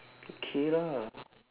okay lah